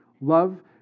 Love